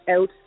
out